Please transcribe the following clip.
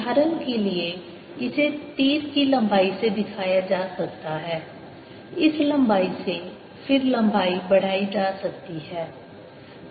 उदाहरण के लिए इसे तीर की लंबाई से दिखाया जा सकता है इस लंबाई से फिर लंबाई बढ़ाई जा सकती है